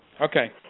Okay